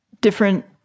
different